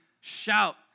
shout